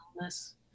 illness